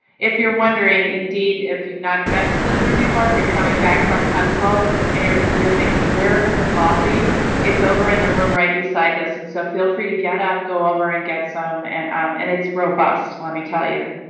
if you're wondering, indeed, if you've not been to this room before if you're coming back from kenzel and you're you're thinking where is the coffee it's over in the room right beside this. and so feel free to get up go over and get some and um and its robust let me tell you.